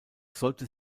sollte